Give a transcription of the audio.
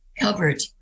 covered